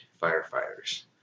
firefighters